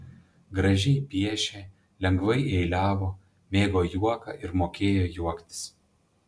gražiai piešė lengvai eiliavo mėgo juoką ir mokėjo juoktis